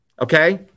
okay